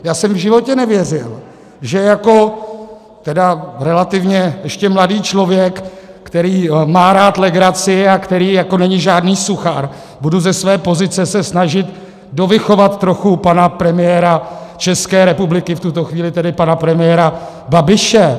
Já jsem v životě nevěřil, že se jako relativně ještě mladý člověk, který má rád legraci a který není žádný suchar, budu ze své pozice snažit dovychovat trochu pana premiéra České republiky, v tuto chvíli tedy pana premiéra Babiše.